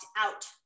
out